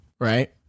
right